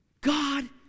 God